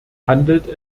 handelt